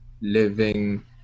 living